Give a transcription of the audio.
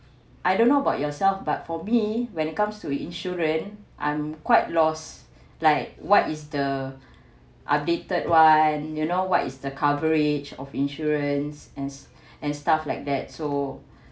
I don't know about yourself but for me when it comes to insurance I'm quite lost like what is the updated one you know what is the coverage of insurance and and stuff like that so